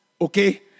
Okay